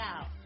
out